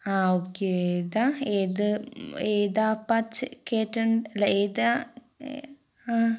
ആ ഓക്കെ ഏതാണ് ഏത് ഏതാണ് അല്ല ഏതാണ് ആ